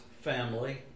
family